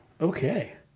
Okay